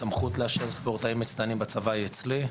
הסמכות לאשר ספורטאים מצטיינים בצבא היא אצלי.